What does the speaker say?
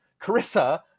Carissa